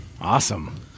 awesome